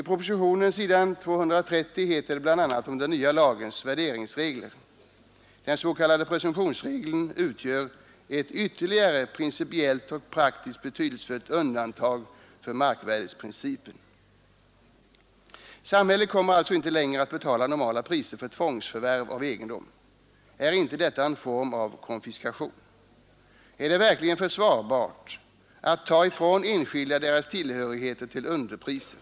På s. 230 i propositionen heter det bl.a. om den nya lagens värderingsregler: 14 december 1972 Samhället kommer alltså inte längre att betala normala priser för tvångsförvärv av egendom. Är inte detta en form konfiskation? Är det verkligen försvarbart att ta ifrån enskilda deras tillhörigheter till underpriser?